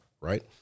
right